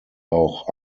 auch